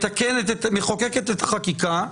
מחוקקת את החקיקה.